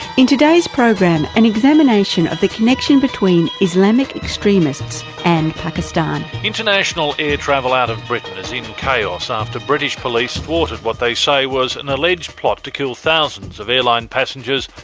in today's program, an examination of the connection between islamic extremists and pakistan. international air travel out of britain is in chaos after british police thwarted what they say was an alleged plot to kill thousands of airline passengers.